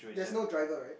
that's no driver [right]